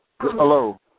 hello